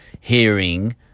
hearing